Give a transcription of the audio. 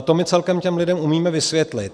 To my celkem těm lidem umíme vysvětlit.